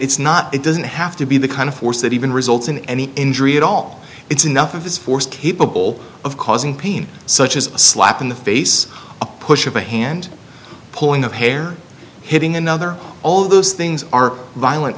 it's not it doesn't have to be the kind of force that even results in any injury at all it's enough of this force capable of causing pain such as a slap in the face a push of a hand pulling of hair hitting another all those things are violent